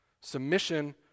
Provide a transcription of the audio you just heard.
Submission